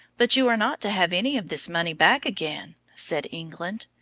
but you are not to have any of this money back again, said england.